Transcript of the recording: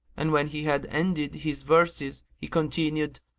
and when he had ended his verses he continued,